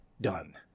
done